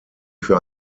für